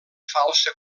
falsa